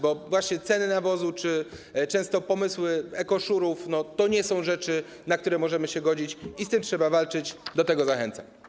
Bo właśnie ceny nawozu czy często pomysły ekoszurów to nie są rzeczy, na które możemy się godzić i z tym trzeba walczyć, do tego zachęcam.